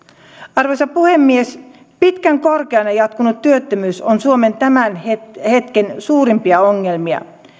arvoisa puhemies pitkään korkeana jatkunut työttömyys on suomen tämän hetken suurimpia ongelmia